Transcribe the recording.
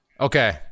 Okay